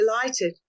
delighted